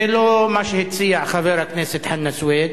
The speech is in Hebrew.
זה לא מה שהציע חבר הכנסת חנא סוייד,